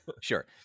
Sure